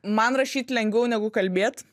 man rašyt lengviau negu kalbėt